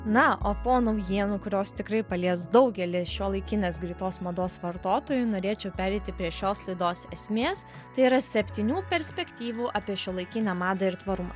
na o po naujienų kurios tikrai palies daugelį šiuolaikinės greitos mados vartotojų norėčiau pereiti prie šios laidos esmės tai yra septynių perspektyvų apie šiuolaikinę madą ir tvarumą